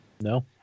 No